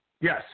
Yes